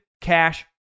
cash